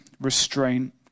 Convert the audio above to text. restraint